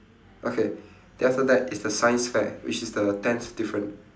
okay then after that is the science fair which is the tenth difference